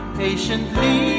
patiently